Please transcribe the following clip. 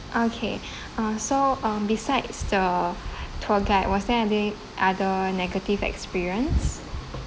okay uh so um besides the tour guide was there any other negative experience